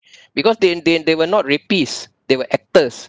because they they they were not rapists they were actors